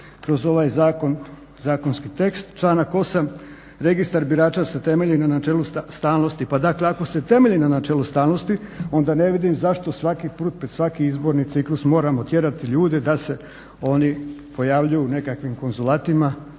kroz ovaj zakonski tekst. Članak 8. registar birača se temelji na načelu ustavnosti. Pa dakle ako se temelji na načelu ustavnosti onda ne vidim zašto svaki put pred svake izborni ciklus moramo tjerati ljude da se oni pojavljuju u nekakvim konzulatima,